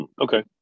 okay